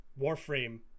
warframe